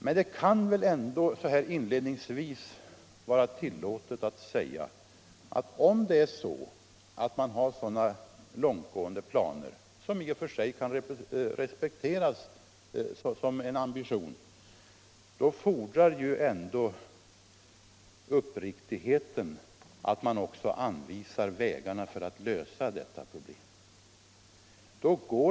Men det kan väl ändå inledningsvis vara tillåtet att säga att om man har så långtgående planer, som i och för sig kan respekteras som en ambition, fordrar ändå uppriktigheten att man också redovisar vilka vägar det rör sig om.